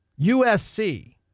USC